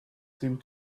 seemed